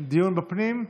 דיון בפנים.